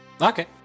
Okay